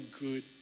good